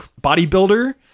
bodybuilder